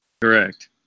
Correct